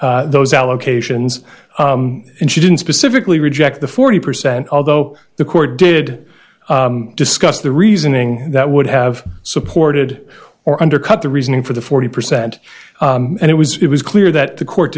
those allocations and she didn't specifically reject the forty percent although the court did discuss the reasoning that would have supported or undercut the reasoning for the forty percent and it was it was clear that the court